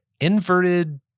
inverted